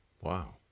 Wow